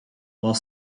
while